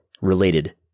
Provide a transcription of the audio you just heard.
related